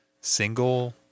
single